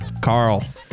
Carl